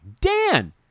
Dan